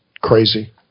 crazy